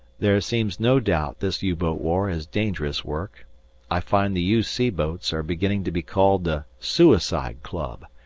there seems no doubt this u-boat war is dangerous work i find the u c. boats are beginning to be called the suicide club,